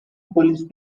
police